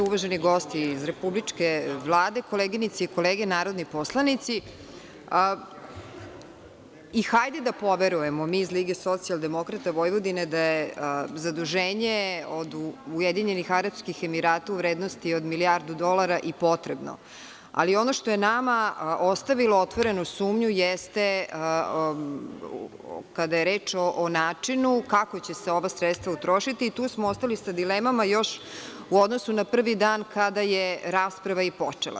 Uvaženi gosti iz republičke Vlade, koleginice i kolege narodni poslanici, hajde da poverujemo mi iz LSV da je zaduženje od Ujedinjenih Arapskih Emirata u vrednosti od milijardu dolara i potrebno, ali ono što je nama ostavilo otvorenu sumnju jeste, kada je reč o načinu kako će se ova sredstva utrošiti, tu smo ostali sa dilemama još u odnosu na prvi dan kada je rasprava i počela.